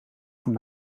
voor